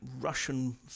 Russian